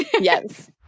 yes